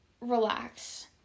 relax